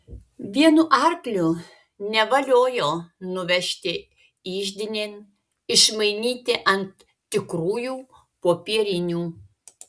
vienu arkliu nevaliojo nuvežti iždinėn išmainyti ant tikrųjų popierinių